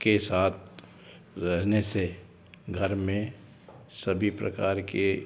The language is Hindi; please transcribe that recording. के साथ रहने से घर में सभी प्रकार के